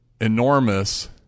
enormous